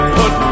put